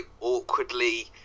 awkwardly